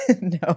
no